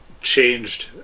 changed